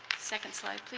second slide,